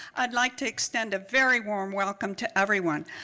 i'd like to extend a very warm welcome to everyone.